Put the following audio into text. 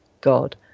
God